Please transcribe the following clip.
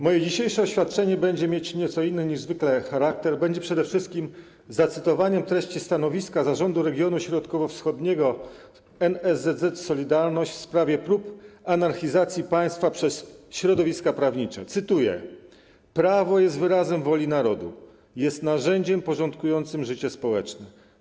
Moje dzisiejsze oświadczenie będzie mieć nieco inny charakter niż zwykle, będzie przede wszystkim zacytowaniem treści stanowiska Zarządu Regionu Środkowo-Wschodniego NSZZ „Solidarność” w sprawie prób anarchizacji państwa przez środowiska prawnicze: „Prawo jest wyrazem woli narodu, jest narzędziem porządkującym życie społeczne.